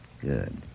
Good